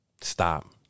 Stop